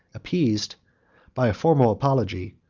appeased by a formal apology,